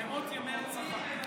מאות ימי הנצחה.